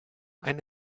ein